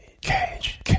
cage